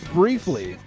briefly